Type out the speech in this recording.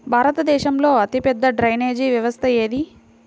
భారతదేశంలో అతిపెద్ద డ్రైనేజీ వ్యవస్థ ఏది?